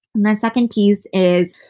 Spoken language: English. and the second piece is,